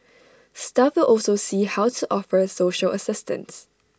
staff will also see how to offer social assistance